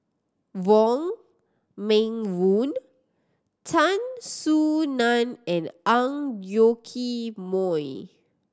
Wong Meng Voon Tan Soo Nan and Ang Yoke Mooi